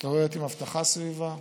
מסתובבת עם אבטחה סביבה.